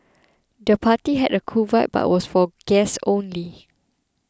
the party had a cool vibe but was for guests only